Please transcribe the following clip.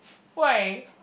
why